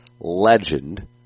legend